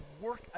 work